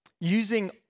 using